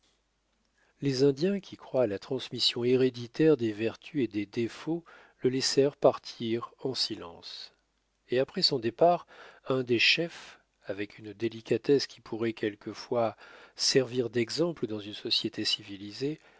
les indiens qui croient à la transmission héréditaire des vertus et des défauts le laissèrent partir en silence et après son départ un des chefs avec une délicatesse qui pourrait quelquefois servir d'exemple dans une société civilisée